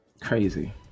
Crazy